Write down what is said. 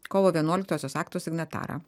kovo vienuoliktosios akto signatarą